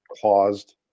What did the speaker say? caused